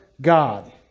God